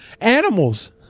animals